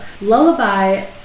Lullaby